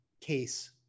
case